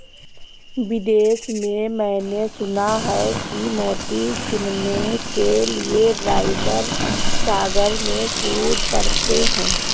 विदेश में मैंने सुना है कि मोती चुनने के लिए ड्राइवर सागर में कूद पड़ते हैं